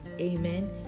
Amen